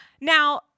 Now